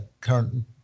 current